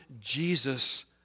Jesus